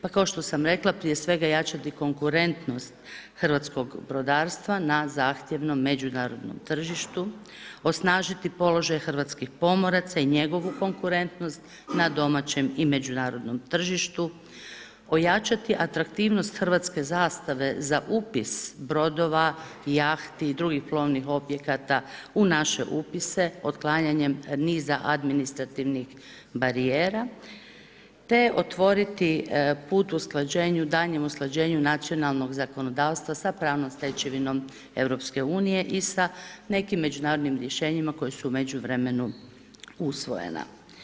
Pa kao što sam rekla, prije svega jačati konkurentnost hrvatskog brodarstva na zahtjevnom međunarodnom tržištu, osnažiti položaj hrvatskih pomoraca i njegovu konkurentnost na domaćem i međunarodnom tržištu, ojačati atraktivnost hrvatske zastave za upis brodova, jahti i drugih plovnih objekata u naše upise otklanjanjem niza administrativnih barijera te otvoriti put usklađenju, daljnjem usklađenju nacionalnog zakonodavstva sa pravnom stečevinom EU i sa nekim međunarodnim rješenjima koja su u međuvremenu usvojena.